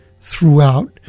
throughout